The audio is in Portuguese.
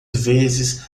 vezes